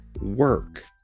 work